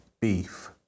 Beef